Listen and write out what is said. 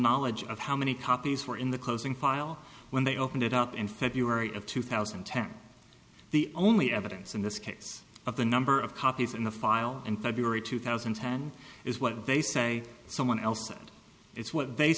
knowledge of how many copies were in the closing file when they opened it up in february of two thousand and ten the only evidence in this case of the number of copies in the file in february two thousand and ten is what they say someone else said it's what they